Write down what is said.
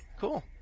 cool